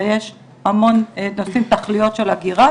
ויש המון תכליות של הגירה,